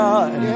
God